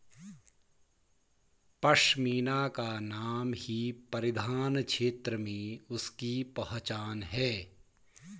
पशमीना का नाम ही परिधान क्षेत्र में उसकी पहचान है